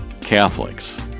Catholics